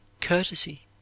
courtesy